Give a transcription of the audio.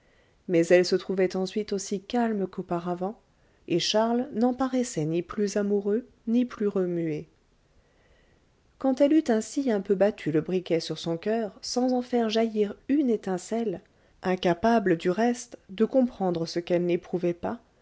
mais elle se trouvait ensuite aussi calme qu'auparavant et charles n'en paraissait ni plus amoureux ni plus remué quand elle eut ainsi un peu battu le briquet sur son coeur sans en faire jaillir une étincelle incapable du reste de comprendre ce qu'elle n'éprouvait pas